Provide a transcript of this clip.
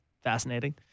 fascinating